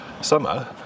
summer